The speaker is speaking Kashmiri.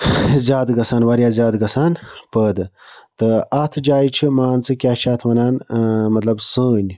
زیادٕ گَژھان واریاہ زیادٕ گَژھان پٲدٕ تہٕ اَتھ جایہِ چھِ مان ژٕ کیٛاہ چھِ اَتھ وَنان مطلَب سٲنۍ